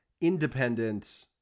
independent